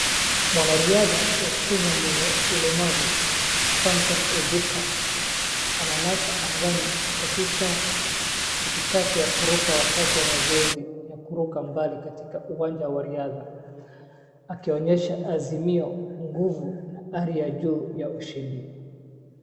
Mwanariadha wa Kenya mwenye ulemavu Samson Ojuka ananasa angani katikati ya kuruka wakati wa mazoezi ya kuruka mbali katika uwanja wa riadha, akionyesha azimio, nguvu na ari ya juu ya ushindi.